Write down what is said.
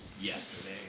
yesterday